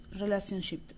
relationship